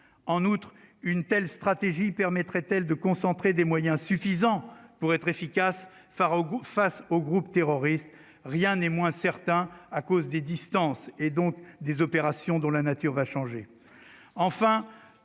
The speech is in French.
en outre, une telle stratégie permettrait-elle de concentrer des moyens suffisants pour être efficace, Farago face aux groupes terroristes, rien n'est moins certain à cause des distances et donc des opérations dans la nature va changer,